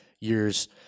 years